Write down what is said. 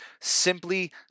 simply